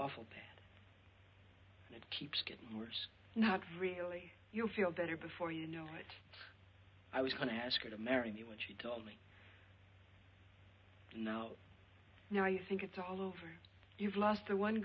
awful bad and it keeps getting worse not really you'll feel better before you know it i was going to ask her to marry me when she told me no now i think it's all over you've lost the one